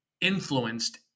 influenced